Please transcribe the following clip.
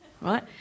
right